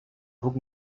ruc